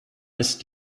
ist